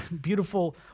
beautiful